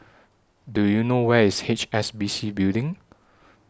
Do YOU know Where IS H S B C Building